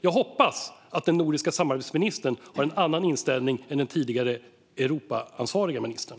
Jag hoppas att den nordiska samarbetsministern har en annan inställning än den tidigare Europaansvariga ministern.